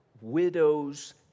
widows